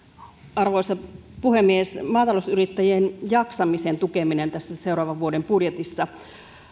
arvoisa puhemies maatalousyrittäjien jaksamisen tukeminen tässä seuraavan vuoden budjetissa